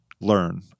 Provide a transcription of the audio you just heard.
learn